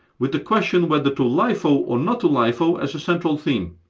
with the question whether to lifo or not to lifo as a central theme.